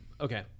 Okay